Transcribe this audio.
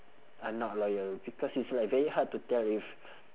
are not loyal because it's like very hard to tell if